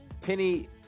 Penny